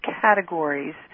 categories